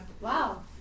Wow